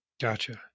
Gotcha